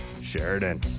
Sheridan